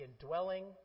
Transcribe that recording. indwelling